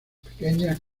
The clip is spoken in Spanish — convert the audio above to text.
pequeñas